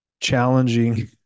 challenging